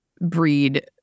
breed